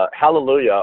Hallelujah